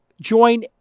join